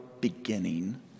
beginning